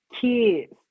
kids